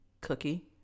cookie